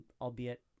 albeit